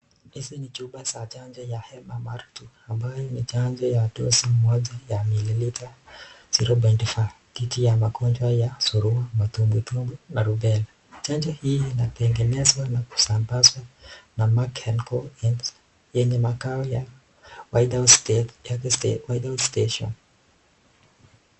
Hizi ni chupa za chanjo ya MMR II ambayo ni chanjo ya dosi moja ya mililita 0.5 dhidi ya magonjwa ya surua, matumbwi tumbwi na rubela. Chanjo hii inatengenezwa na kusambazwa na Merck & Co yenye makao ya whitehouse station .